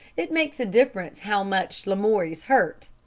it makes a difference how much lamoury's hurt.